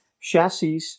Chassis